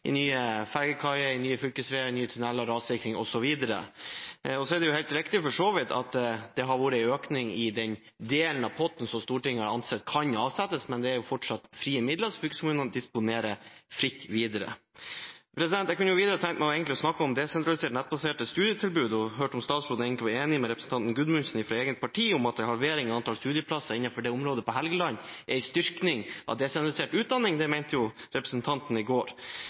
nye fergekaier, nye fylkesveier, nye tunneler, rassikring osv. Det er for så vidt helt riktig at det har vært en økning i den delen av potten som Stortinget har ansett kan avsettes, men det er fortsatt frie midler som fylkeskommunene disponerer fritt videre. Jeg kunne videre tenke meg å snakke om desentraliserte og nettbaserte studietilbud og hørt om statsråden er enig med representanten Gudmundsen fra hennes eget parti i at en halvering av antall studieplasser innenfor det området på Helgeland er en styrking av desentralisert utdanning. Det mente jo representanten i går.